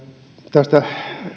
tästä